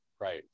right